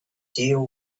deal